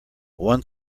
one